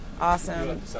Awesome